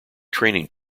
training